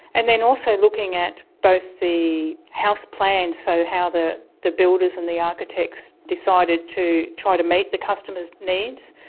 and then also looking at both the house plans, so how the the builders and the architects decided to try to meet the customers needs,